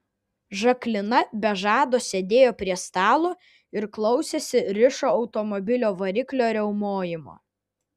žaklina be žado sėdėjo prie stalo ir klausėsi rišo automobilio variklio riaumojimo